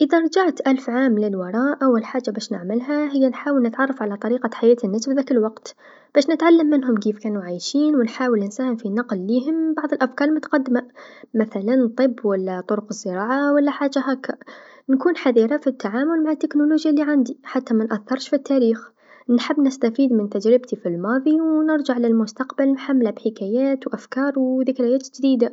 إذا رجعت ألف عام للوراء، أول حاجه باش نعملها هي نحاول نتعرف على طريقة حياة الناس في هذاك الوقت، باش نتعلم منهم كيف كانو عايشين و نحاول نساهم في نقل ليهم بعض الأفكار المتقدمه مثلا الطب و لا طرق الزراعه و لا حاجه هاكا، نكون حذره في التعامل مع تكنولوجيا لعندي حتى منأثرش في التاريخ، نحب نستفيد من تجربتي في الماضي و نرجع للمستقبل محمله بالحكايات و أفكار و ذكريات جديدا.